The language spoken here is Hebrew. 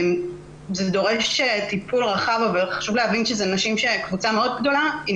זה דורש טיפול רחב וחשוב להבין שזאת קבוצה מאוד גדולה של נשים,